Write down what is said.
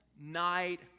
night